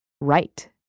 right